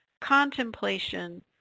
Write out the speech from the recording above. contemplation